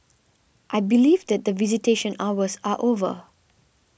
I believe that the visitation hours are over